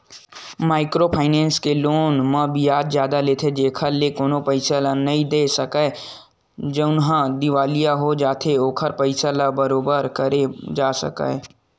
micro finance के loan म बियाज जादा लेथे जेखर ले कोनो पइसा नइ दे सकय जउनहा दिवालिया हो जाथे ओखर पइसा ल बरोबर करे जा सकय